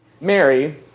Mary